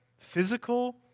physical